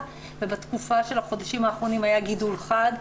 ובתקופה של החודשים האחרונים היה גידול חד.